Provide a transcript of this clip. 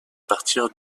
partir